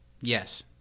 Yes